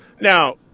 Now